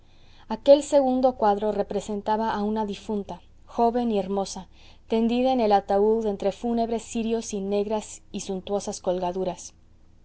aquel segundo cuadro representaba a una difunta joven y hermosa tendida en el ataúd entre fúnebres cirios y negras y suntuosas colgaduras